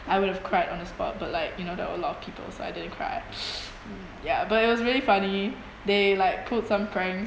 I would have cried on the spot but like you know there were a lot of people so I didn't cry ya but it was really funny they like pulled some pranks